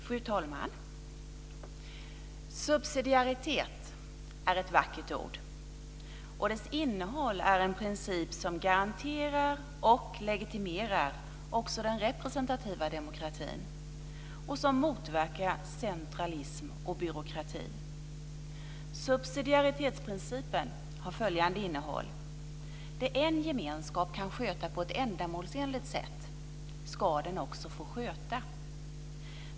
Fru talman! Subsidiaritet är ett vackert ord. Dess innehåll är en princip som garanterar och legitimerar också den representativa demokratin och som motverkar centralism och byråkrati. Subsidiaritetsprincipen har följande innehåll. Det en gemenskap kan sköta på ett ändamålsenligt sätt ska den också få sköta.